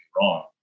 wrong